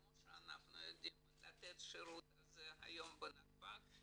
כמו שאנחנו יודעים לתת את השירות הזה היום בנתב"ג,